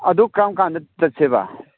ꯑꯗꯨ ꯀꯔꯝꯀꯥꯅꯗ ꯆꯠꯁꯦꯕ